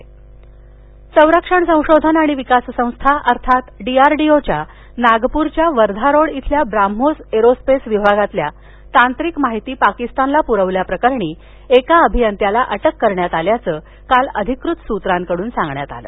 हेरगिरी संरक्षण संशोधन आणि विकास संस्था अर्थात डीआरडीओच्या नागपूरच्या वर्धा रोड इथल्या ब्राह्मोस एरोस्पेस विभागातील तांत्रिक माहिती पाकिस्तानला पुरवल्याप्रकरणी एका अभियंत्याला अटक करण्यात आल्याचं काल अधिकृत सूत्रांकडून सांगण्यात आलं